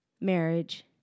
Marriage